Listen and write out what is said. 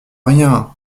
rien